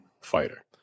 fighter